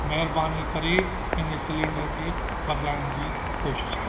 महिरबानी करे इन सिलेंडर खे बदिलाइण जी कोशिशि कंदा